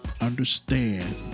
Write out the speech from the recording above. understand